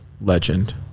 legend